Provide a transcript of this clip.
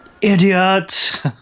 idiot